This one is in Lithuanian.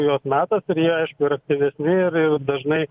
rujos metas ir jie aišku yra aktyvesni ir ir dažnai